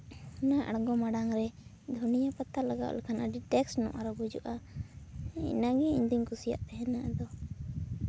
ᱚᱱᱟ ᱟᱬᱜᱚ ᱢᱟᱲᱟᱝ ᱨᱮ ᱫᱷᱚᱱᱤᱭᱟᱹ ᱞᱟᱜᱟᱣ ᱞᱮᱱᱠᱷᱟᱱ ᱟᱹᱰᱤ ᱴᱮᱥᱴᱧᱚᱜ ᱟᱨᱚ ᱵᱩᱡᱩᱜᱼᱟ ᱤᱱᱟᱹᱜᱤᱧ ᱠᱩᱥᱤᱭᱟᱜ ᱛᱟᱦᱮᱱᱟ ᱟᱫᱚ